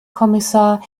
kommissar